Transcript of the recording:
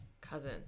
Cousin